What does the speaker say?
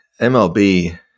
MLB